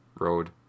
road